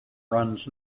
runs